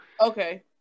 Okay